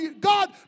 God